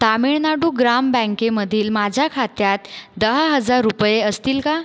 तामिळनाडू ग्राम बँकेमधील माझ्या खात्यात दहा हजार रुपये असतील का